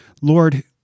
Lord